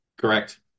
correct